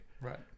Right